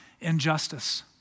injustice